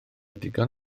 digon